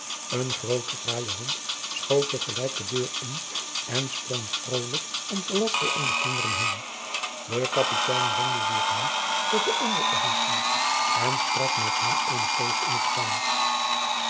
een groote fraaie hond schoot te gelijk de deur in en sprong vrolijk om velasco en de kinderen heen de kapitein wendde zich nu tot den onderofficier en sprak met hem eene poos in t spaansch